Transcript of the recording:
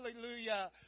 Hallelujah